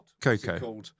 Coco